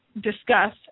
discuss